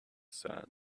sand